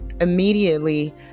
Immediately